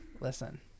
Listen